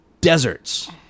deserts